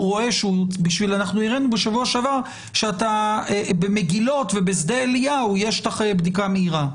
אנחנו הראינו בשבוע שעבר שבמגילות ובשדה אליהו יש לך בדיקה מהירה,